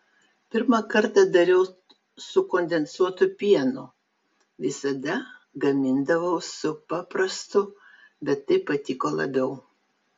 pirmą kartą dariau su kondensuotu pienu visada gamindavau su paprastu bet taip patiko labiau